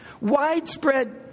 widespread